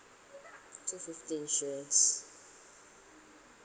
two fifty insurance